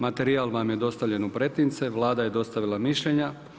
Materijal vam je dostavljen u pretince, Vlada je dostavila mišljenja.